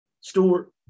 Stewart